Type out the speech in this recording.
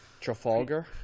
trafalgar